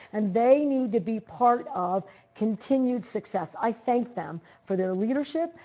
and they need to be part of continued success. i thank them for their leadership.